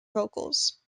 vocals